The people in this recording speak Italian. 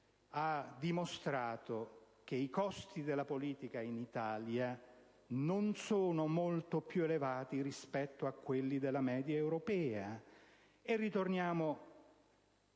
ha dimostrato che i costi della politica in Italia non sono molto più elevati rispetto a quelli della media europea.